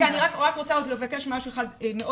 אני רק רוצה עוד לבקש משהו אחד מאוד